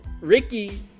Ricky